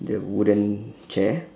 the wooden chair